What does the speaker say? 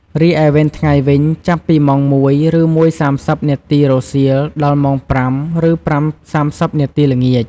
រីឯវេនថ្ងៃវិញ ចាប់ពីម៉ោង ១:០០ ឬ១:៣០ នាទីរសៀល ដល់ម៉ោង ៥:០០ឬ៥:៣០នាទីល្ងាច។